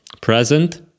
present